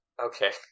okay